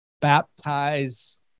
baptize